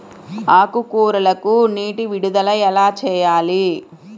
ఆకుకూరలకు నీటి విడుదల ఎలా చేయాలి?